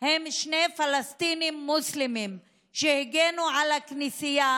הם שני פלסטינים מוסלמים שהגנו על הכנסייה